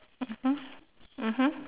mmhmm mmhmm